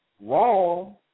Wrong